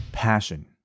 passion